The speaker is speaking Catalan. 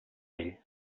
ell